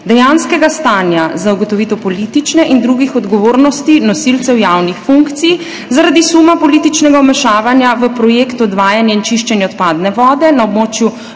dejanskega stanja, za ugotovitev politične in druge odgovornosti nosilcev javnih funkcij zaradi suma političnega vmešavanja v projekt odvajanja in čiščenja odpadne vode na območju